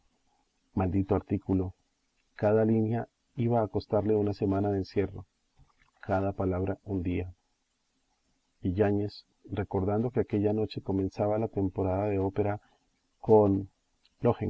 maldito artículo cada línea iba a costarle una semana de encierro cada palabra un día y yáñez recordando que aquella noche comenzaba la temporada de ópera con